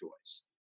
choice